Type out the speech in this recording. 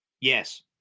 Yes